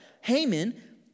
Haman